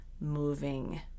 moving